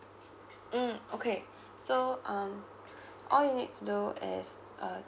mm okay so um [all you need to do is uh